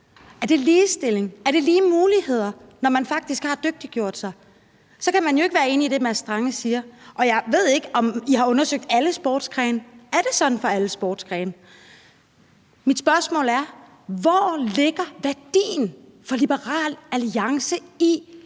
Er det ligestilling? Er det lige muligheder, når man faktisk har dygtiggjort sig? Så kan man jo ikke være enig i det, Mads Strange siger. Og jeg ved ikke, om I har undersøgt alle sportsgrene. Er det sådan for alle sportsgrene? Mit spørgsmål er: Hvor ligger værdien for Liberal Alliance i